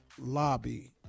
lobby